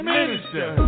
Minister